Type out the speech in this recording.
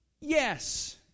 Yes